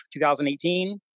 2018